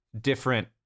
different